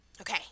Okay